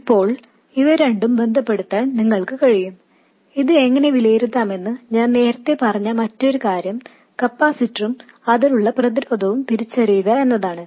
ഇപ്പോൾ ഇവ രണ്ടും ബന്ധപ്പെടുത്താൻ നിങ്ങൾക്ക് കഴിയും ഇത് എങ്ങനെ വിലയിരുത്താമെന്നതിനെ കുറിച്ച് ഞാൻ നേരത്തെ പറഞ്ഞ മറ്റൊരു കാര്യം കപ്പാസിറ്ററും അതിനു കുറുകെയുള്ള പ്രതിരോധവും തിരിച്ചറിയുക എന്നതാണ്